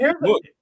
look